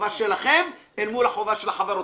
החובה שלכם אל מול החובה של החברות.